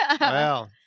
Wow